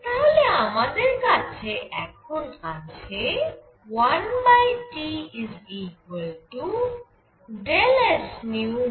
তাহলে আমাদের কাছে এখন আছে 1T∂sν∂uν